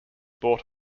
brought